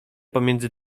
pomiędzy